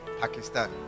Pakistan